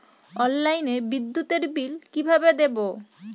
অনলাইনে বিদ্যুতের বিল কিভাবে দেব?